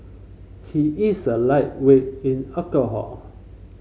he is a lightweight in alcohol